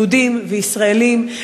יהודים וישראלים,